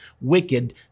wicked